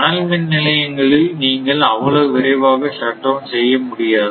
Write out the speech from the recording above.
அனல் மின் நிலையங்களில் நீங்கள் அவ்வளவு விரைவாக ஷட் டவுண் செய்ய முடியாது